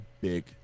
big